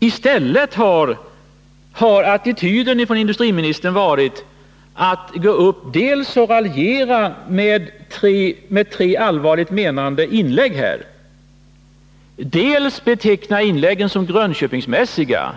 I stället har industriministerns attityd varit att gå upp och dels raljera med tre talare som gjort allvarligt menade inlägg, dels beteckna inläggen som grönköpingsmäs siga